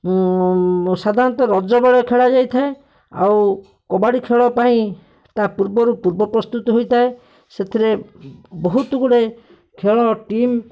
ସାଧାରଣତଃ ରଜବେଳେ ଖେଳାଯାଇଥାଏ ଆଉ କବାଡ଼ି ଖେଳ ପାଇଁ ତା' ପୂର୍ବରୁ ପୂର୍ବ ପ୍ରସ୍ତୁତି ହୋଇଥାଏ ସେଥିରେ ବହୁତଗୁଡ଼ାଏ ଖେଳ ଟିମ୍